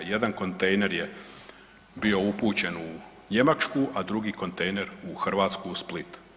Jedan kontejner je bio upućen u Njemačku, a drugi kontejner u Hrvatsku, u Split.